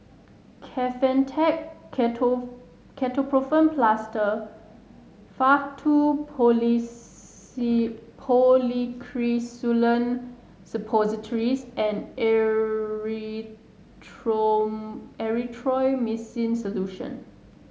Kefentech Ketoprofen Plaster Faktu Policresulen Suppositories and Erythroymycin Solution